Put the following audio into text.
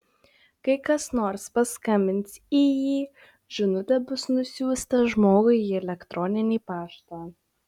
kai kas nors paskambins į jį žinutė bus nusiųsta žmogui į elektroninį paštą